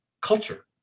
culture